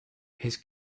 his